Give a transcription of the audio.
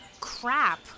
Crap